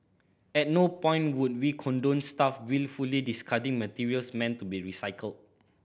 at no point would we condone staff wilfully discarding materials meant to be recycled